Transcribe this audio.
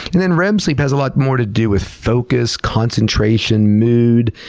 and then rem sleep has a lot more to do with focus, concentration, mood,